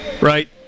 right